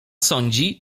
sądzi